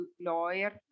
lawyer